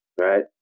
right